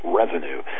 revenue